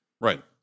Right